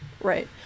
Right